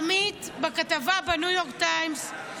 עמית, בכתבה בניו יורק טיימס,